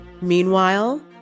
Meanwhile